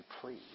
please